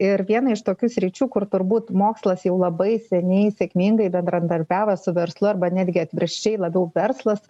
ir viena iš tokių sričių kur turbūt mokslas jau labai seniai sėkmingai bendradarbiavo su verslu arba netgi atvirkščiai labiau verslas